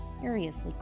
curiously